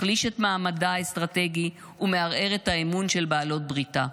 מחליש את מעמדה האסטרטגי ומערער את האמון של בעלות בריתה.